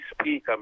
speak